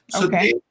Okay